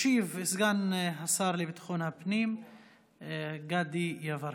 ישיב סגן השר לביטחון הפנים גדי יברקן.